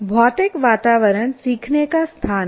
भौतिक वातावरण सीखने का स्थान है